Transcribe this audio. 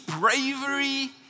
bravery